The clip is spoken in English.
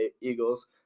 Eagles